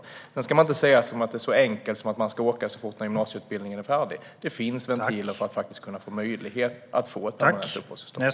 Sedan ska man inte säga att det är så enkelt att människor ska åka så fort gymnasieutbildningen är färdig. Det finns ventiler för att kunna få möjlighet att få ett permanent uppehållstillstånd.